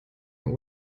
der